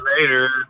later